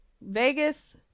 vegas